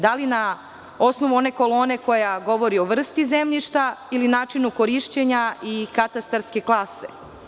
Da li na osnovu one kolone koja govori o vrsti zemljišta ili načinu korišćenja i katastarske klase?